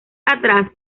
atrás